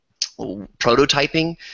prototyping